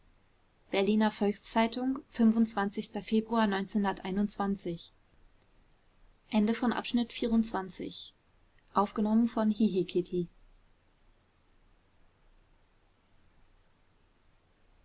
berliner volks-zeitung februar